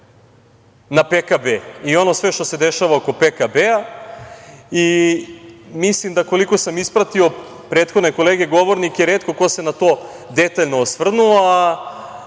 na PKB i ono sve što se dešava oko PKB. Koliko sam ispratio prethodne kolege govornike, retko ko se na to detaljno osvrnuo,